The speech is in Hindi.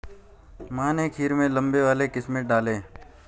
माँ ने खीर में लंबे वाले किशमिश डाले